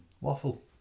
waffle